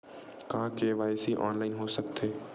का KYC online हो सकथे?